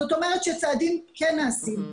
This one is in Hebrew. זאת אומרת שצעדים כן נעשים.